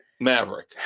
Maverick